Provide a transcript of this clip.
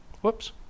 Whoops